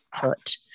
put